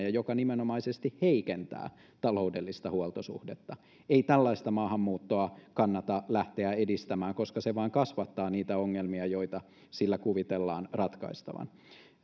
ja joka nimenomaisesti heikentää taloudellista huoltosuhdetta ei tällaista maahanmuuttoa kannata lähteä edistämään koska se vain kasvattaa niitä ongelmia joita sillä kuvitellaan ratkaistavan